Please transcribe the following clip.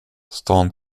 stan